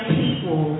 people